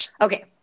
okay